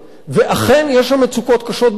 ואכן, יש שם מצוקות קשות ביותר.